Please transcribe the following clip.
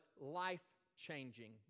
life-changing